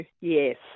yes